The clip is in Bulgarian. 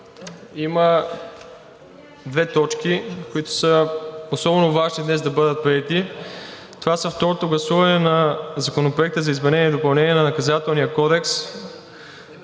има две точки, които са особено важни днес да бъдат приети. Това са: второто гласуване на Законопроекта за изменение и допълнение на Наказателния кодекс,